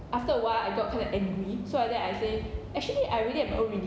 after awhile I got kinda angry so after that I say actually I already have my own